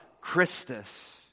Christus